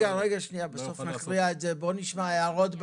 אין.